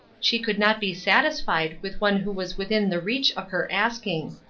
she could not be satisfied with one who was within the reach of her asking.